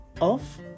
off